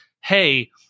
hey